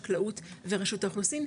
חקלאות ורשות האוכלוסין,